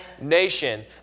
nation